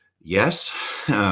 yes